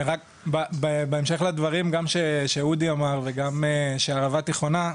בהמשך לדברים שאודי אמר וגם של ערבה תיכונה,